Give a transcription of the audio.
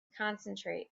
concentrate